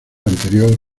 anterior